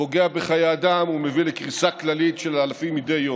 פוגע בחיי אדם ומביא לקריסה כללית של אלפים מדי יום.